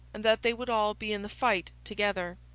and that they would all be in the fight together.